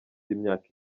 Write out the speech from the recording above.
imyaka